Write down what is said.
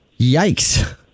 Yikes